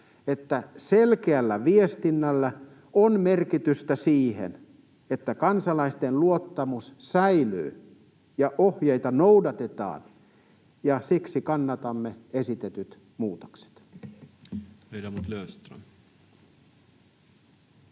selkeällä viestinnällä on merkitystä siinä, että kansalaisten luottamus säilyy ja ohjeita noudatetaan, ja siksi kannatamme esitettyjä muutoksia.